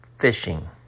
fishing